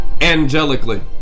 angelically